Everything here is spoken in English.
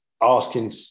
asking